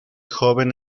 joven